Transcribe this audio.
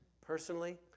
personally